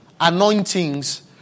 anointings